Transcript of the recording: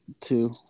Two